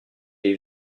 est